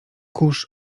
kurz